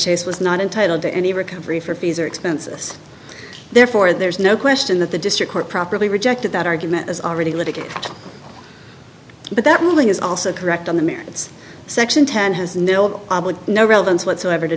chase was not entitled to any recovery for fees or expenses therefore there is no question that the district court properly rejected that argument as already litigated but that ruling is also correct on the merits section ten has nil no relevance whatsoever to